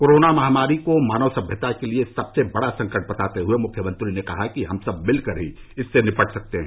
corona महामारी को मानव सभ्यता के लिए बड़ा संकट बताते हुए मुख्यमंत्री ने कहा कि हम सब मिलकर ही इससे निपट सकते हैं